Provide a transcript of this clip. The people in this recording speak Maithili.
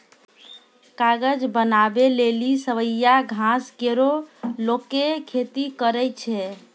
कागज बनावै लेलि सवैया घास केरो लोगें खेती करै छै